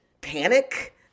panic